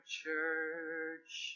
church